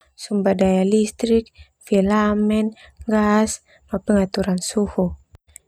Sumber daya listrik, filamen, gas, pengaturan suhu.